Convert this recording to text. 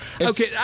Okay